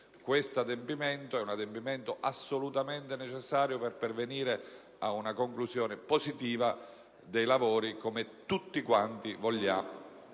Questo adempimento è assolutamente necessario per pervenire ad una conclusione positiva dei lavori cosa che tutti auspichiamo.